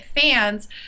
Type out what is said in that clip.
fans